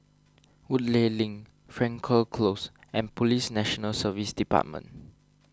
Woodleigh Link Frankel Close and Police National Service Department